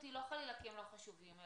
מטרידים אותי לא כי חלילה הם לא חשובים לי,